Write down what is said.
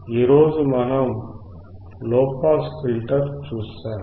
ఈ రోజు మనం లో పాస్ ఫిల్టర్ చూశాము